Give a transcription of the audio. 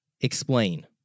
Explain